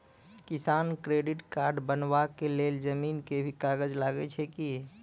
किसान credit card बनबा के लेल जमीन के भी कागज लागै छै कि?